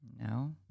No